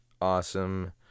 awesome